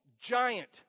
giant